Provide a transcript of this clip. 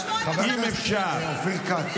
לא, חייבים פשוט לשמוע את עמדות המשרדים.